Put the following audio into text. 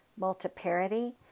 multiparity